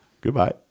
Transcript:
goodbye